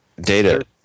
data